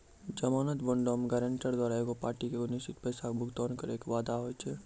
जमानत बांडो मे गायरंटर द्वारा एगो पार्टी के एगो निश्चित पैसा के भुगतान करै के वादा होय छै